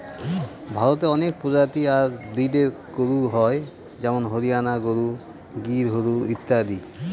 ভারতে অনেক প্রজাতি আর ব্রিডের গরু হয় যেমন হরিয়ানা গরু, গির গরু ইত্যাদি